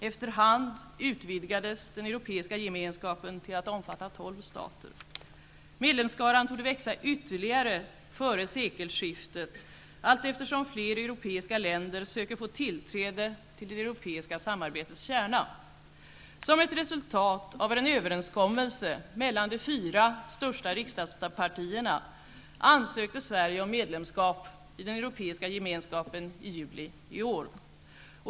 Efter hand utvidgades den Europeiska gemenskapen till att omfatta tolv stater. Medlemsskaran torde växa ytterligare före sekelskiftet allteftersom fler europeiska länder söker få tillträde till det europeiska samarbetets kärna. Som ett resultat av en överenskommelse mellan de fyra största riksdagspartierna ansökte Sverige om medlemskap i den Europeiska gemenskapen i juli i år.